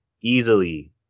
easily